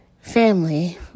family